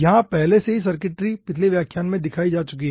यहां पहले से ही सर्किटरी पिछले व्याख्यान में दिखाई जा चुकी है